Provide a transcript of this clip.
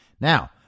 Now